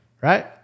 right